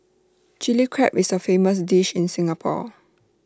Chilli Crab is A famous dish in Singapore